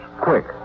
quick